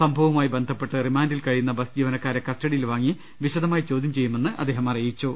സംഭ വവുമായി ബന്ധപ്പെട്ട് റിമാന്റിൽ കഴിയുന്ന ബസ്സ് ജീവനക്കാരെ കസ്റ്റ ഡിയിൽ വാങ്ങി വിശദമായി ചോദ്യം ചെയ്യുമെന്നും അദ്ദേഹം അറി യിച്ചു